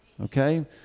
Okay